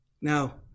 Now